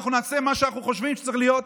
ואנחנו נעשה מה שאנחנו חושבים שצריך להיות,